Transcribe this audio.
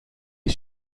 est